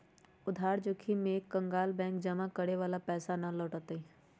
उधार जोखिम में एक कंकगाल बैंक जमा करे वाला के पैसा ना लौटय तय